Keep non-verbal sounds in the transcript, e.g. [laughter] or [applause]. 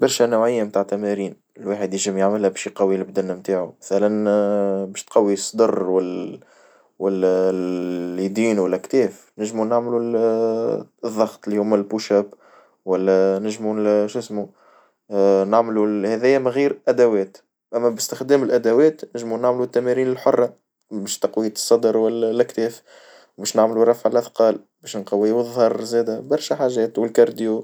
برشا نوعية متاع تمارين الواحد يجم يعملها باش يقوي البدن متاعه مثلًا [hesitation] باش تقوي الصدر [hesitation] واليدين والأكتاف نجمو نعملو ال [hesitation] الضغط الهو البوش أب والا نجمو شو اسمو والا نعملو هذايا من غير أدوات، أما باستخدام الأدوات نجموا نعملو التمارين الحرة باش تقوية الصدر والا الأكتاف باش نعملوا رفع الأثقال باش نقوي الظهر وزاده برشا حاجات والكارديو.